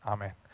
Amen